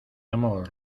amor